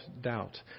doubt